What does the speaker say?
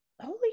holy